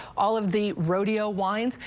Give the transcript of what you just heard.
all of the rodeo wines,